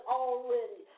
already